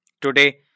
Today